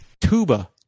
Tuba